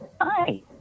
Hi